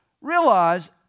Realize